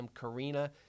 Karina